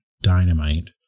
dynamite